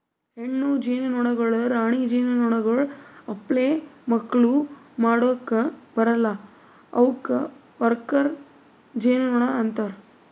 ಹೆಣ್ಣು ಜೇನುನೊಣಗೊಳ್ ರಾಣಿ ಜೇನುನೊಣಗೊಳ್ ಅಪ್ಲೆ ಮಕ್ಕುಲ್ ಮಾಡುಕ್ ಬರಲ್ಲಾ ಅವುಕ್ ವರ್ಕರ್ ಜೇನುನೊಣ ಅಂತಾರ